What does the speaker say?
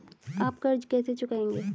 आप कर्ज कैसे चुकाएंगे?